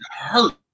hurt